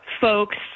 folks